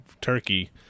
turkey